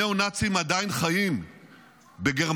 הניאו-נאצים עדיין חיים בגרמניה,